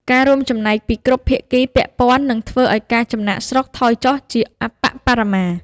ការរួមចំណែកពីគ្រប់ភាគីពាក់ព័ន្ធនឹងធ្វើឱ្យការចំណាកស្រុកថយចុះជាអប្បបរមា។